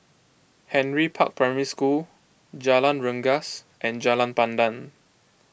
Henry Park Primary School Jalan Rengas and Jalan Pandan